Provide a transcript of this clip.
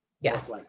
Yes